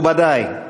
מכובדי,